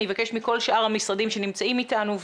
אני אבקש מכל שאר המשרדים שנמצאים איתנו,